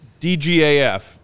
DGAF